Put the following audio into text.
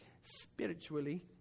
spiritually